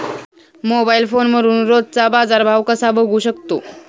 Mobile फोनवरून रोजचा बाजारभाव कसा बघू शकतो?